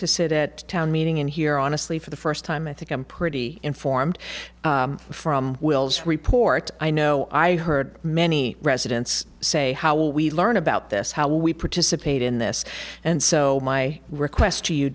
to sit at a town meeting and hear honestly for the first time i think i'm pretty informed from will's report i know i heard many residents say how we learn about this how we participate in this and so my request